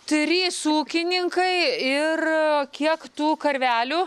trys ūkininkai ir kiek tų karvelių